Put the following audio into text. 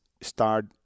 start